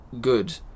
good